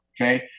okay